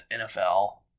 NFL